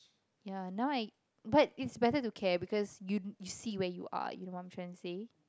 ya now I but it's better to care because you you see where you are you know what I'm trying to say